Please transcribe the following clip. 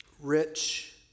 rich